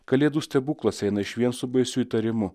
kalėdų stebuklas eina išvien su baisiu įtarimu